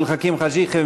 עבד אל חכים חאג' יחיא,